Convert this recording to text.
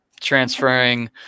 transferring